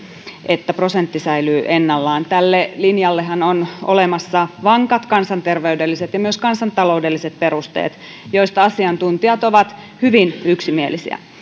että prosentti säilyy ennallaan tälle linjallehan on olemassa vankat kansanterveydelliset ja myös kansantaloudelliset perusteet joista asiantuntijat ovat hyvin yksimielisiä